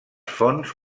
fonts